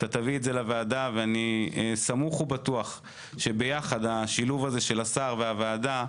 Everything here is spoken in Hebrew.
אני סמוך ובטוח שביחד, בשילוב הוועדה ועם השר,